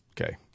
Okay